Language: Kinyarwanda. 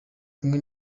kumwe